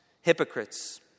hypocrites